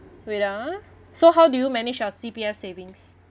wait ah so how do you manage your C_P_F savings